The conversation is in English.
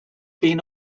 been